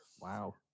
wow